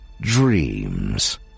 dreams